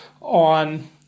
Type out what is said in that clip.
on